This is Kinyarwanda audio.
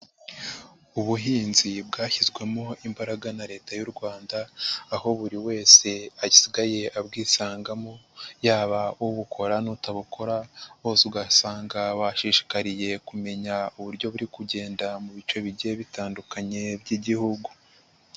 Ubuhinzi bwashyizwemo imbaraga na leta y'u Rwanda, aho buri wese asigaye abwisangamo yaba ubukora n'utabukora, bose ugasanga bashishikariye kumenya uburyo buri kugenda mu bice bigiye bitandukanye by'igihugu.